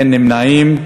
אין נמנעים.